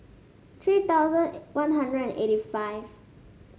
three thousand One Hundred and eighty five